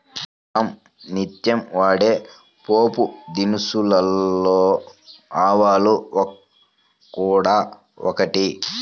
మనం నిత్యం వాడే పోపుదినుసులలో ఆవాలు కూడా ఒకటి